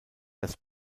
das